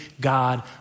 God